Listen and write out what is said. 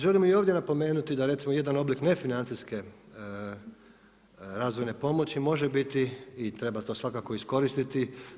Želim i ovdje napomenuti da recimo jedan oblik nefinancijske razvojne pomoći može biti i treba to svakako iskoristiti.